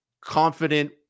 confident